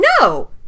no